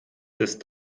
ist